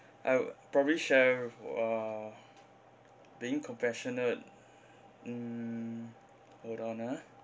I'll probably share uh being compassionate mm hold on ah